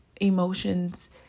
emotions